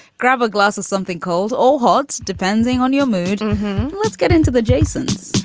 grab a glass of something cold or hot depending on your mood let's get into the jasons